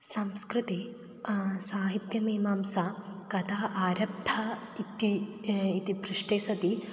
संस्कृते साहित्यमीमांसा कदा आरब्धा इति इति पृष्टे सति